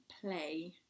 play